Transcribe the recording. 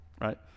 right